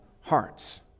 hearts